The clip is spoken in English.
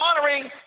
honoring